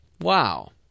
wow